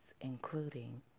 including